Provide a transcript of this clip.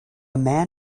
man